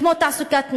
כמו תעסוקת נשים,